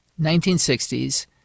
1960s